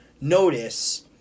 notice